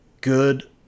good